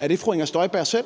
Er det fru Inger Støjberg selv?